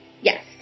Yes